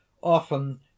often